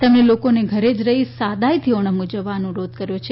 તેમણે લોકોને ઘરે જ રહી સાદાઇથી ઓણમ ઉજવવા અનુરોધ કર્યો છે